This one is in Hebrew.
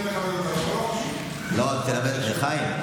חיים,